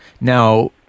Now